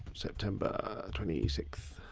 september twenty sixth.